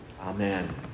Amen